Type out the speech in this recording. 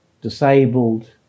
disabled